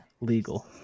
legal